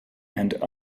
and